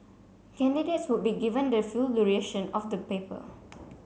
candidates would be given the full duration of the paper